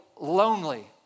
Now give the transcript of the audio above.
lonely